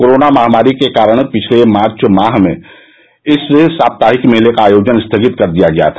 corona महामारी के कारण पिछले मार्च माह में इस साप्ताहिक मेले का आयोजन स्थगित कर दिया गया था